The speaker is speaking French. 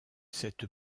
cette